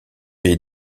est